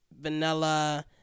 vanilla